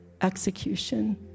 execution